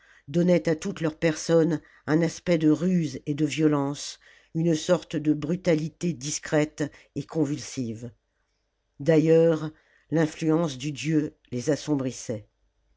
donnait à toute leur personne un aspect de ruse et de violence une sorte de brutalité discrète et convulsive d'ailleurs l'influence du dieu les assombrissait